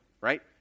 right